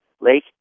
Lake